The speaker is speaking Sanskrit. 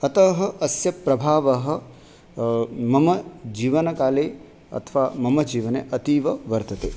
अतः अस्य प्रभावः मम जीवनकाले अथवा मम जीवने अतीव वर्तते